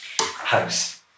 house